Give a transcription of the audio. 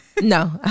No